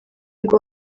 nubwo